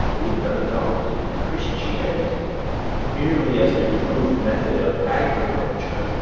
we have adopted christianity merely as an improved method of agri-culture.